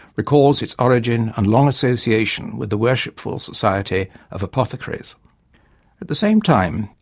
recalls its origin and long association with the worshipful society of apothecaries. at the same time,